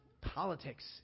Politics